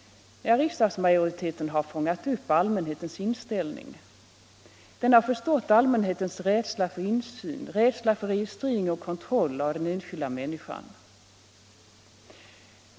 Ja, riksdagsmajoriteten har fångat upp allmänhetens inställning och förståu allmänhetens rädsla för insyn, registrering och kontroll av den enskilda människan.